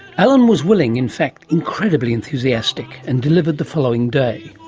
alan was willing, in fact incredibly enthusiastic, and delivered the following day.